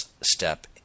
step